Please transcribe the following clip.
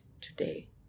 today